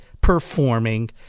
performing